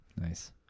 Nice